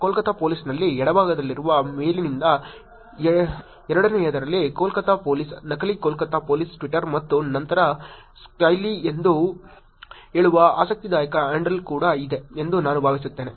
ಕೋಲ್ಕತ್ತಾ ಪೋಲೀಸ್ನಲ್ಲಿ ಎಡಭಾಗದಲ್ಲಿರುವ ಮೇಲಿನಿಂದ ಎರಡನೆಯದರಲ್ಲಿ ಕೋಲ್ಕತ್ತಾ ಪೊಲೀಸ್ ನಕಲಿ ಕೋಲ್ಕತ್ತಾ ಪೊಲೀಸ್ ಟ್ವಿಟರ್ ಮತ್ತು ನಂತರ ಸ್ಮೈಲಿ ಎಂದು ಹೇಳುವ ಆಸಕ್ತಿದಾಯಕ ಹ್ಯಾಂಡಲ್ ಕೂಡ ಇದೆ ಎಂದು ನಾನು ಭಾವಿಸುತ್ತೇನೆ